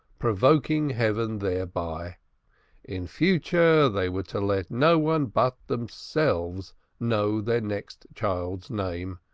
provoking heaven thereby in future, they were to let no one but themselves know their next child's name,